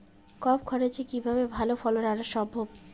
কম খরচে কিভাবে ভালো ফলন আনা সম্ভব?